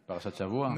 פרשת השבוע?